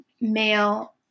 male